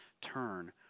turn